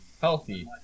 healthy